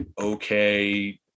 okay